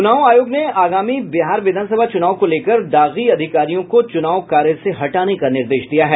चुनाव आयोग ने आगामी बिहार विधानसभा चुनाव को लेकर दागी अधिकारियों को चुनाव कार्य से हटाने का निर्देश दिया है